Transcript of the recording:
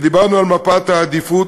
ודיברנו על מפת העדיפויות,